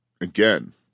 again